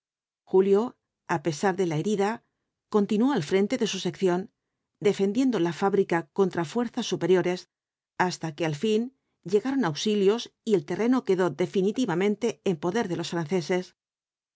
julio á pesar de la herida continuó al frente de su sección defendiendo la fábrica contra fuerzas superiores hasta que al fin llegaron auxilios y el terreno quedó definitivamente en poder de los franceses